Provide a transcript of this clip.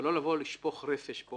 אבל לא לבוא לשפוך רפש פה